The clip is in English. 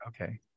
Okay